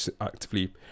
actively